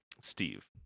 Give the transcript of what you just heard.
Steve